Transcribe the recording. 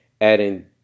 adding